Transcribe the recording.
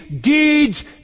deeds